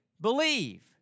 believe